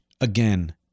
again